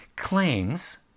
claims